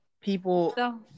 People